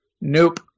Nope